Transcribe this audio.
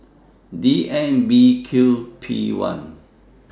D M B Q P one